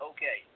Okay